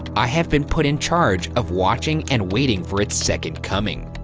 i have been put in charge of watching and waiting for its second coming.